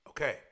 Okay